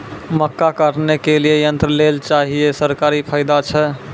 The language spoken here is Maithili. मक्का काटने के लिए यंत्र लेल चाहिए सरकारी फायदा छ?